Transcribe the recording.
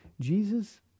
Jesus